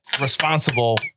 responsible